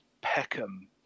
peckham